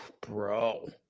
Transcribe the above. Bro